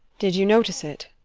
did you notice it?